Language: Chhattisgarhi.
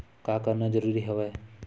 का करना जरूरी हवय?